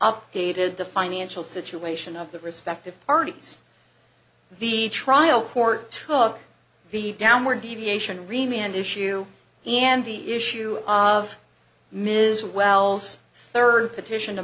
updated the financial situation of the respective parties the trial court took the downward deviation remain and issue and the issue of mrs wells third petition to